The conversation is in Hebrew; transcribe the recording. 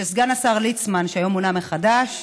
שסגן השר ליצמן, שהיום מונה מחדש,